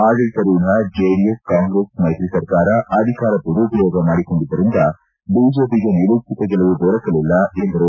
ಆಡಳಿತಾರೂಢ ಜೆಡಿಎಸ್ ಕಾಂಗ್ರೆಸ್ ಮೈತ್ರಿ ಸರ್ಕಾರ ಅಧಿಕಾರ ದುರುಪಯೋಗ ಮಾಡಿಕೊಂಡಿದ್ದರಿಂದ ಬಿಜೆಪಿಗೆ ನಿರೀಕ್ಷಿತಗೆಲುವು ದೊರಕಲಿಲ್ಲ ಎಂದರು